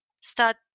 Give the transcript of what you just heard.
start